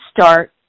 start